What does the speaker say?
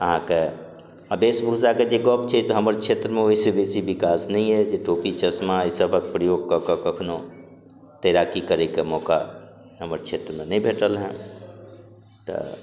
अहाँके आ वेशभूषाके जे गप छै तऽ हमर क्षेत्रमे ओहिसँ बेसी विकास नहि यऽ जे टोपी चश्मा एहि सभक प्रयोग कऽ कऽ कखनो तैराकी करैके मौका हमर क्षेत्रमे नहि भेटल हँ तऽ